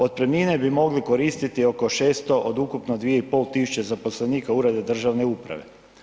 Otpremnine bi mogli koristiti oko 600 od ukupno 2500 zaposlenika ureda državne uprave.